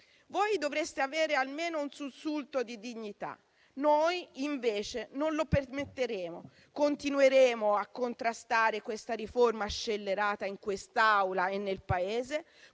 Dovreste avere almeno un sussulto di dignità. Noi, invece, non permetteremo che questo accada. Continueremo a contrastare questa riforma scellerata, in quest'Aula e nel Paese,